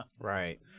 right